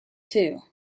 too